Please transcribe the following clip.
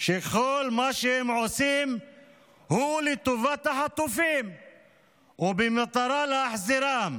שכל מה שהם עושים הוא לטובת החטופים ובמטרה להחזירם,